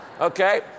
okay